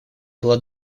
была